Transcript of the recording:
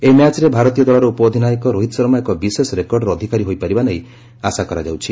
ଏହି ମ୍ୟାଚ୍ରେ ଭାରତୀୟ ଦଳର ଉପ ଅଧିନାୟକ ରୋହିତ ଶର୍ମା ଏକ ବିଶେଷ ରେକର୍ଡର ଅଧ୍କାରୀ ହୋଇପାରିବା ନେଇ ଆଶା କରାଯାଉଛି